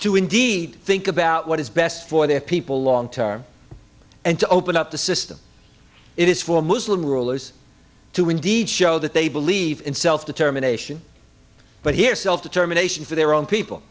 to indeed think about what is best for their people long term and to open up the system it is for muslim rulers to indeed show that they believe in self determination but here self determination for their own people